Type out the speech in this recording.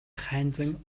хайнзан